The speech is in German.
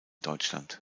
deutschland